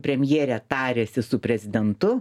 premjerė tariasi su prezidentu